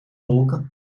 wolken